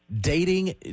dating